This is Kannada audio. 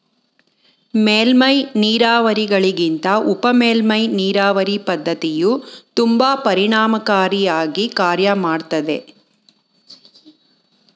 ಮೇಲ್ಮೈ ನೀರಾವರಿಗಳಿಗಿಂತ ಉಪಮೇಲ್ಮೈ ನೀರಾವರಿ ಪದ್ಧತಿಯು ತುಂಬಾ ಪರಿಣಾಮಕಾರಿ ಆಗಿ ಕಾರ್ಯ ಮಾಡ್ತದೆ